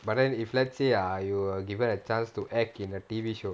but then if let's say err you are given a chance to act in a T_V show